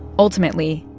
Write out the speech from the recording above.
ultimately,